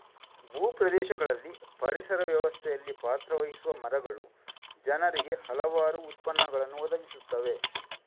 ಭೂ ಪ್ರದೇಶಗಳಲ್ಲಿ ಪರಿಸರ ವ್ಯವಸ್ಥೆಯಲ್ಲಿ ಪಾತ್ರ ವಹಿಸುವ ಮರಗಳು ಜನರಿಗೆ ಹಲವಾರು ಉತ್ಪನ್ನಗಳನ್ನು ಒದಗಿಸುತ್ತವೆ